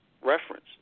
reference